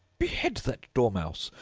behead that dormouse!